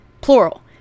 plural